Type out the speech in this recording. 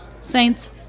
Saints